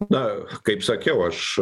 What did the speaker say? na kaip sakiau aš